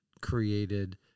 created